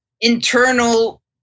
internal